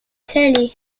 salé